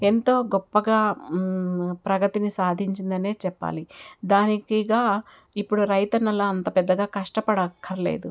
ఎంతో గొప్పగా ప్రగతిని సాధించింది అనే చెప్పాలి దానికి ఇక ఇప్పుడు రైతన్నల అంత పెద్దగా కష్టపడనక్కర్లేదు